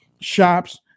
shops